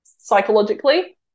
psychologically